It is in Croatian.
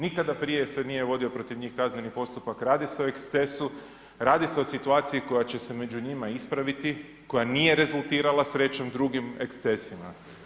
Nikada prije se nije vodio protiv njih kazneni postupak, radi se o ekscesu, radi se o situaciji koja će se među njima ispraviti, koja nije rezultirala, srećom, drugim ekscesima.